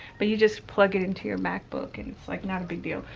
but you just plug it into your macbook, and it's like not a big deal.